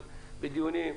אבל בדיונים,